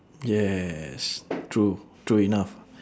yes true true enough